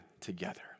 together